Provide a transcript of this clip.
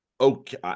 okay